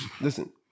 listen